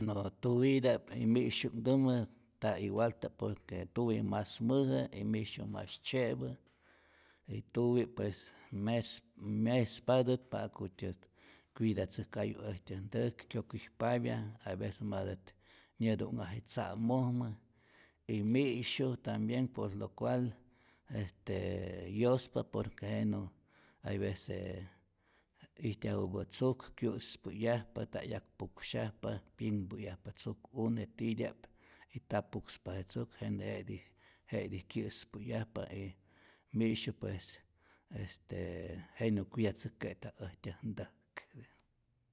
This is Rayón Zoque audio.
No tuwita'p mi'syujinhtumä nta igualta'p por que tuwi mas mäja' y mi'syu' mas tzye'pä y tuwi pues mes mespatät ja'kutyät cuidatzäjkayu äjtyän ntäjk, kyokijpapya, hay vece matät nyätu'nhaje tzamojmä y mi'syu tambien por lo cual este yospa por que jenä hay vece ijtyajupä tzuk kyä'spä'yajpa, nta 'yak puksyajpa, pyinpäyajpa tzuk'une' titya'p y nta pukspa je tzuk, jenä jetij je'tij kyä'späyajpa y mi'syu pues este jenä cuidatzäk'ke'ta äjtyäjt ntäjk.